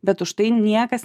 bet užtai niekas